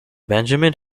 benjamin